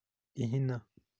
کِہیٖنۍ نہٕ